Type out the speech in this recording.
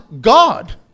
God